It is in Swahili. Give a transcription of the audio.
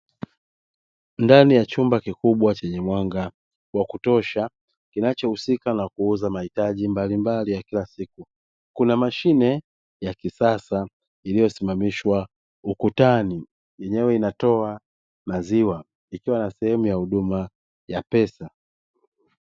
Ndani ya chumba kikubwa chenye mwanga wa kutosha kinachohusika na kuuza mahitaji mbalimbali ya kila siku, kuna mashine ya kisasa iliyosimamishwa ukutani yenyewe inatoa maziwa ikiwa na sehemu ya huduma ya pesa.